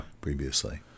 previously